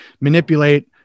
manipulate